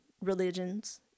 religions